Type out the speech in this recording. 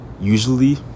Usually